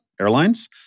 Airlines